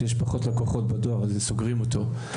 שיש פחות לקוחות בדואר אז סוגרים אותו.